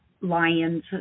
lions